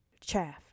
chaff